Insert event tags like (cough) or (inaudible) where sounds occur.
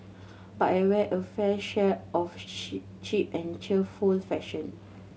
but I wear a fair share of (unintelligible) cheap and cheerful fashion